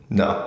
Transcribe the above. no